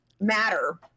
matter